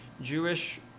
jewish